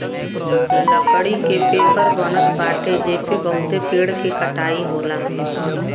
लकड़ी के पेपर बनत बाटे जेसे बहुते पेड़ के कटाई होला